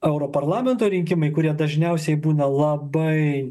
europarlamento rinkimai kurie dažniausiai būna labai